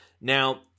Now